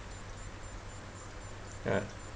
uh